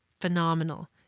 phenomenal